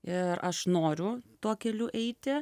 ir aš noriu tuo keliu eiti